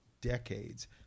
decades